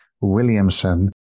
Williamson